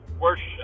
worship